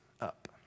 up